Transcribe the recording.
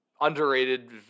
underrated